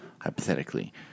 hypothetically